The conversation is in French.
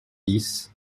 dix